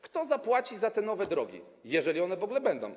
Kto zapłaci za te nowe drogi, jeżeli one w ogóle będą?